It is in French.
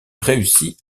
réussit